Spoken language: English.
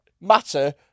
matter